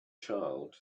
child